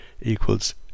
equals